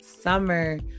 summer